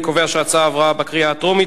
אני קובע שההצעה עברה בקריאה הטרומית